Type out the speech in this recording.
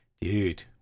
dude